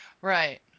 Right